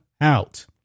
out